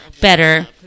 better